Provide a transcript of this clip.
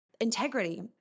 integrity